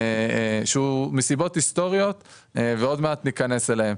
מסיבות היסטורית שעוד מעט ניכנס אליהן.